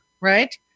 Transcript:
right